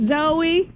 Zoe